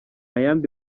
yandi